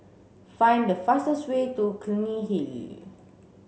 find the fastest way to Clunny Hill